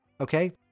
okay